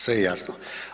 Sve je jasno.